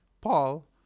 Paul